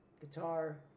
guitar